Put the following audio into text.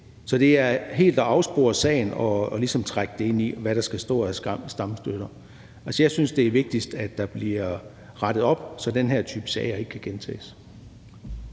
Så det er helt at afspore sagen ligesom at trække det ind i, hvad der skal stå af skamstøtter. Altså, jeg synes, det er vigtigst, at der bliver rettet op, så den her type sager ikke kan gentages.